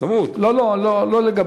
ודתיים כמובן לא יכולים.